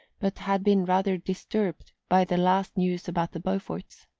but had been rather disturbed by the last news about the beauforts.